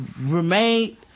remain